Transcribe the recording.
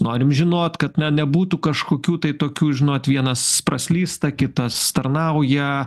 norim žinot kad na nebūtų kažkokių tai tokių žinot vienas praslysta kitas tarnauja